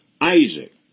Isaac